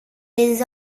les